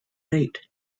rate